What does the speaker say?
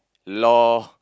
loh